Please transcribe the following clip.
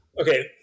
Okay